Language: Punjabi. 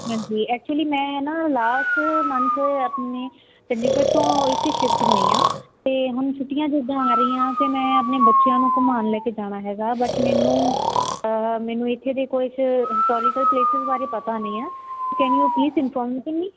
ਹਾਂਜੀ ਐਕਚੁਲੀ ਮੈਂ ਨਾ ਲਾਸਟ ਮੰਨਥ ਆਪਣੇ ਚੰਡੀਗੜ੍ਹ ਤੋਂ ਇੱਥੇ ਸ਼ਿਫਟ ਹੋਈ ਹਾਂ ਅਤੇ ਹੁਣ ਛੁੱਟੀਆਂ ਜਿੱਦਾਂ ਆ ਰਹੀਆਂ ਅਤੇ ਮੈਂ ਆਪਣੇ ਬੱਚਿਆਂ ਨੂੰ ਘੁੰਮਾਉਣ ਲੈ ਕੇ ਜਾਣਾ ਹੈਗਾ ਬਟ ਮੈਨੂੰ ਮੈਨੂੰ ਇੱਥੇ ਦੇ ਕੁਝ ਹਿਸਟੋਰੀਕਲ ਪਲੇਸਿਸ ਬਾਰੇ ਪਤਾ ਨਹੀਂ ਆ can you please inform to me